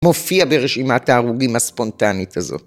מופיע ברשימת ההרוגים הספונטנית הזאת.